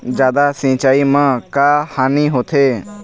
जादा सिचाई म का हानी होथे?